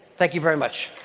thank you very much.